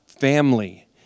family